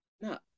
No